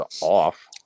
off